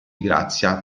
grazia